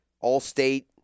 all-state